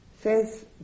says